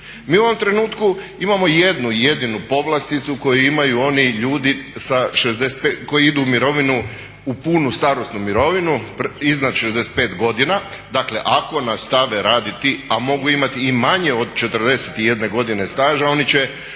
Mi u ovom trenutku imamo jednu i jedinu povlasticu koju imaju oni ljudi sa 65, koji idu u mirovinu u punu starosnu mirovinu iznad 65 godina. Dakle ako nastave raditi a mogu imati i manje od 41 godine staža oni će